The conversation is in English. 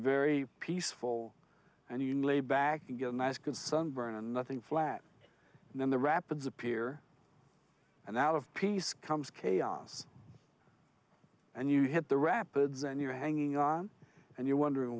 very peaceful and you lay back and get a nice good sunburn and nothing flat and then the rapids appear and out of peace comes chaos and you hit the rapids and you're hanging on and you're wondering